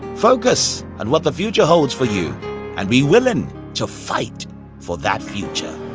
focus on what the future holds for you and be willing to fight for that future.